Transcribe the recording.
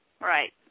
Right